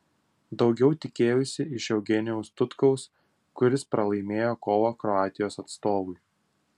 daugiau tikėjausi iš eugenijaus tutkaus kuris pralaimėjo kovą kroatijos atstovui